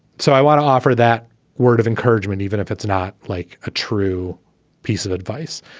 so i want to offer that word of encouragement, even if it's not like a true piece of advice.